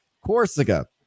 corsica